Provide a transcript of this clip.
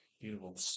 Beautiful